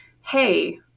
Hey